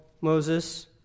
Moses